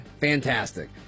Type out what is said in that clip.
Fantastic